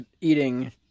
eating